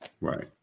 Right